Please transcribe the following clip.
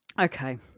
Okay